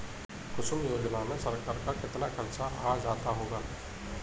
कुसुम योजना में सरकार का कितना खर्चा आ जाता होगा